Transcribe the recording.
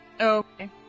Okay